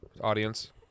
Audience